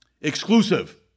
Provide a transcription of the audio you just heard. exclusive